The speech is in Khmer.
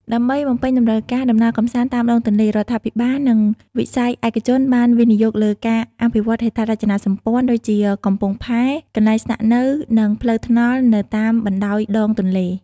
ដើម្បីបំពេញតម្រូវការនៃដំណើរកម្សាន្តតាមដងទន្លេ រដ្ឋាភិបាល និងវិស័យឯកជនបានវិនិយោគលើការអភិវឌ្ឍហេដ្ឋារចនាសម្ព័ន្ធ ដូចជាកំពង់ផែ កន្លែងស្នាក់នៅ និងផ្លូវថ្នល់នៅតាមបណ្តោយដងទន្លេ។